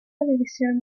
división